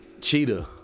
Cheetah